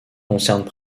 concernent